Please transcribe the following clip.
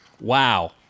wow